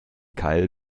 keil